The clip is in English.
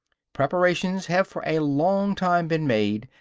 preparations have for a long time been made,